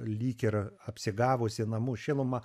lyg ir apsigavusi namų šiluma